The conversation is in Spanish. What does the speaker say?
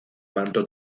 manto